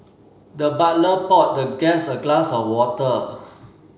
the butler poured the guest a glass of water